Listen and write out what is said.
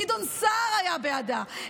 גדעון סער היה בעדה,